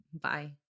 Bye